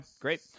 great